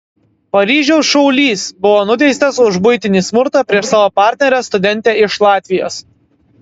paryžiaus šaulys buvo nuteistas už buitinį smurtą prieš savo partnerę studentę iš latvijos